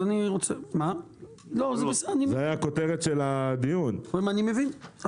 לא --- זה הכותרת של הדיוןץ אני מבין.